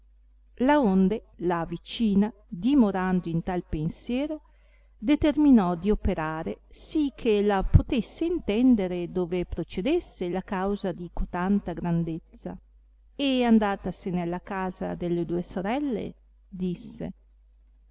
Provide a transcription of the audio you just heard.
pativano laonde la vicina dimorando in tal pensiero determinò di operare sì che la potesse intendere dove procedesse la causa di cotanta grandezza e andatasene alla casa delle due sorelle disse